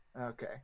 Okay